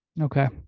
Okay